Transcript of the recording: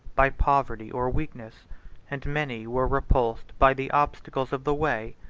by poverty or weakness and many were repulsed by the obstacles of the way,